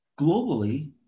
Globally